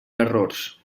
errors